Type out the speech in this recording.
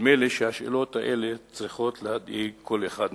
נדמה לי שהשאלות האלה צריכות להדאיג כל אחד מאתנו.